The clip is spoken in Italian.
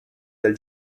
del